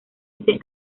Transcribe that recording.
ese